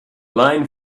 line